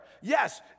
Yes